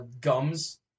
gums